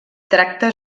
tracta